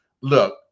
look